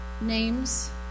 Names